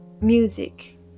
music